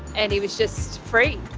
and he was just free.